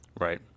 Right